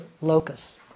locus